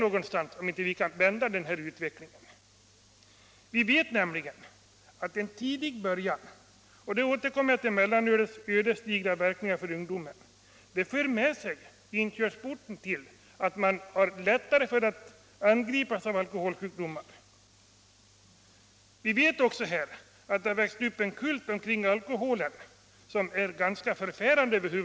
Vi vet att en tidig början med alkoholdrycker — här återkommer jag till mellanölets ödesdigra verkningar för ungdomen — för med sig att man lättare angrips av alkoholsjukdomar. Vi vet också att det har vuxit fram en kult kring alkoholen som är förfärande.